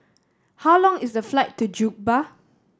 how long is the flight to Juba